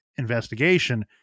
investigation